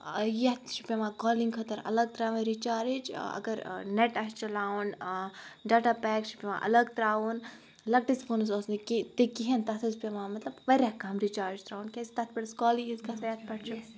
یَتھ تہِ چھِ پٮ۪وان کالِنٛگ خٲطرٕ الگ ترٛاوٕنۍ رِچارٕج اگر نٮ۪ٹ آسہِ چَلاوُن ڈاٹا پیک چھُ پٮ۪وان الگ ترٛاوُن لۄکٹِس فونَس اوس نہٕ کینٛہہ تہِ کِہیٖنۍ تَتھ ٲسۍ پٮ۪وان مطلب واریاہ کَم رِچارٕج ترٛاوُن کیٛازِ تَتھ پٮ۪ٹھ ٲس کالٕے یٲژ گژھان یَتھ پٮ۪ٹھ چھُ